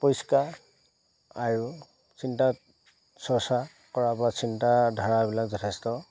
পৰিষ্কাৰ আৰু চিন্তাত চৰ্চা কৰাৰ পৰা চিন্তাধাৰাবিলাক যথেষ্ট